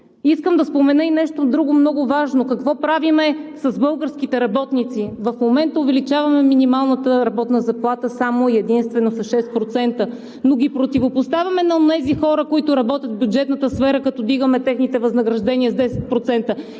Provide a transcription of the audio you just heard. Искам да спомена и нещо много важно – какво правим с българските работници? В момента увеличаваме минималната работна заплата само и единствено с 6%, но ги противопоставяме на онези хора, които работят в бюджетната сфера, като вдигаме техните възнаграждения с 10%.